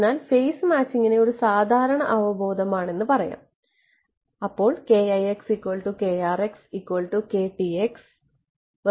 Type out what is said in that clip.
അതിനാൽ face matching നെ ഒരു സാധാരണ അവബോധം ആണെന്നു പറയാം അതിനാൽ